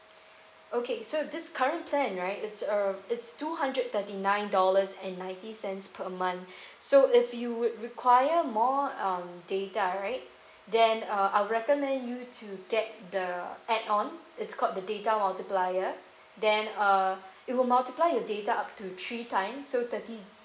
okay so this current plan right it's uh it's two hundred thirty nine dollars and ninety cents per month so if you would require more uh data right then uh I'll recommend you to get the add on it's called the data multiplier then uh it will multiply your data up to three times so thirty